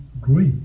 great